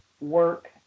work